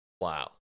Wow